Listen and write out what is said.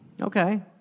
Okay